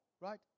right